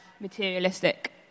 materialistic